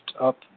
up